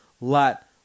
lot